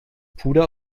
puder